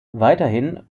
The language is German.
weiterhin